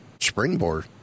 springboard